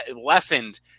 lessened